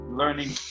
learning